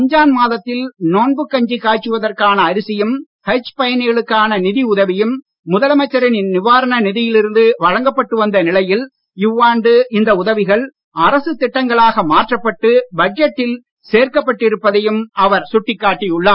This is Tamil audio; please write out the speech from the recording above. ரம்ஜான் மாதத்தில் நோன்பு கஞ்சி காய்ச்சுவதற்கான அரிசியும் ஹஜ் பயணிகளுக்கான நிதி உதவியும் முதலமைச்சரின் நிவாரண நிதியில் இருந்து வழங்கப்பட்டு வந்த நிலையில் இவ்வாண்டு இந்த உதவிகள் அரசுத் திட்டங்களாக மாற்றப்பட்டு பட்ஜெட்டில் சேர்க்கப் பட்டிருப்பதையும் அவர் சுட்டிக்காட்டி உள்ளார்